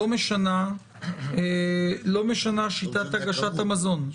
לא משנה שיטת הגשת המזון,